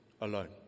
alone